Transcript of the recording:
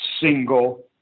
single